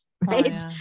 right